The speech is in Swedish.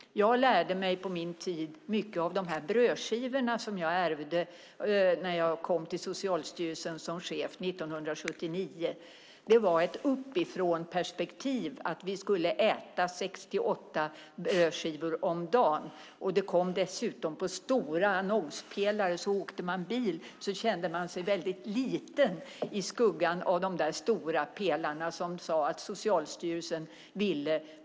Jag lärde mig på min tid mycket av "brödskivorna" som jag ärvde när jag kom till Socialstyrelsen som chef 1979. Det var ett uppifrånperspektiv. Vi skulle äta sex till åtta brödskivor om dagen. Det kom dessutom på stora annonspelare. Åkte man bil kände man sig väldigt liten i skuggan av de stora pelarna som sade vad Socialstyrelsen ville.